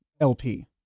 LP